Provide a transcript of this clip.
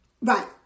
Right